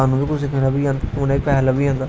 उनेंगी बी शैल आमदनी होई जंदी